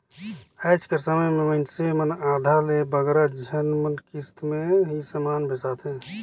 आएज कर समे में मइनसे मन आधा ले बगरा झन मन किस्त में ही समान बेसाथें